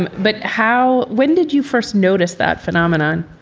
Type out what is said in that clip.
and but how when did you first notice that phenomenon?